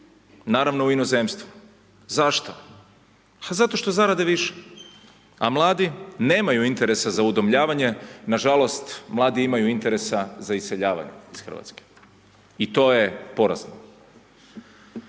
naravno u inozemstvu. Zašto? Zato što zarade više, a mladi nemaju interesa za udomljavanje nažalost mladi imaju interesa za iseljavanje iz Hrvatske. I to je porazno.